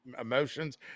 emotions